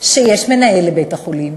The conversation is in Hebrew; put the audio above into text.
שיש מנהל לבית-החולים,